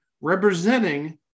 representing